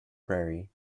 prairie